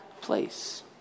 place